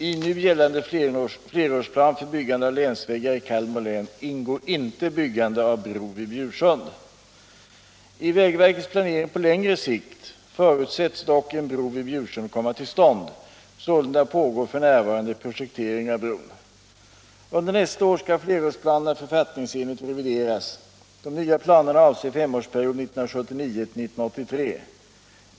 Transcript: I nu gällande flerårsplan för byggande av länsvägar i Kalmar län ingår inte byggande av bro vid Bjursund. I vägverkets planering på längre sikt förutsätts dock en bro vid Bjursund komma till stånd. Sålunda pågår f.n. projektering av bron. Under nästa år skall flerårsplanerna författningsenligt revideras. De nya planerna avser femårsperioden 1979-1983.